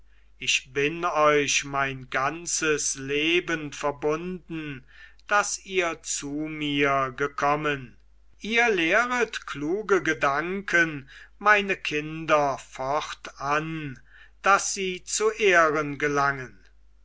ich bin euch mein ganzes leben verbunden daß ihr zu mir gekommen ihr lehret kluge gedanken meine kinder fortan daß sie zu ehren gelangen